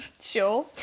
Sure